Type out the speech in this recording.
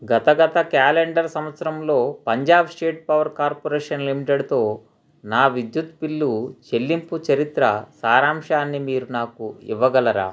గత గత క్యాలెండర్ సంవత్సరంలో పంజాబ్ స్టేట్ పవర్ కార్పొరేషన్ లిమిటెడ్తో నా విద్యుత్ బిల్లు చెల్లింపు చరిత్ర సారాంశాన్ని మీరు నాకు ఇవ్వగలరా